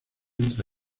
entre